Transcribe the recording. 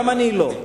גם אני לא.